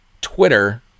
Twitter